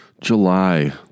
July